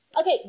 Okay